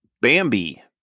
Bambi